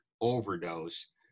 overdose